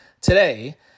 today